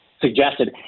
suggested